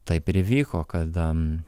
taip ir įvyko kad